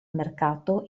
mercato